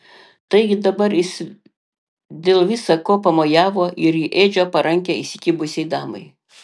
taigi dabar jis dėl visa ko pamojavo ir į edžio parankę įsikibusiai damai